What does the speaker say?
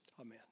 Amen